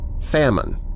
famine